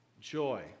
joy